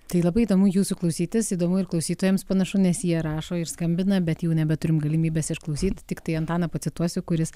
tai labai įdomu jūsų klausytis įdomu ir klausytojams panašu nes jie rašo ir skambina bet jau nebeturim galimybės išklausyt tiktai antaną pacituosiu kuris